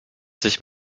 sich